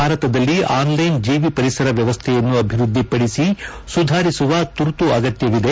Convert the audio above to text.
ಭಾರತದಲ್ಲಿ ಆನ್ಲೈನ್ ಜೀವಿ ಪರಿಸರ ವ್ವವಸ್ಥೆಯನ್ನು ಅಭಿವೃದ್ಧಿಪಡಿಸಿ ಸುಧಾರಿಸುವ ಪುರ್ತು ಅಗತ್ತವಿದೆ